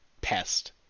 pest